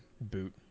boot